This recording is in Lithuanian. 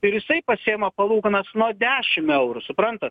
ir jisai pasiima palūkanas nuo dešim eurų suprantat